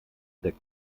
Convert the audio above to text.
der